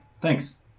thanks